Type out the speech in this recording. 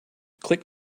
click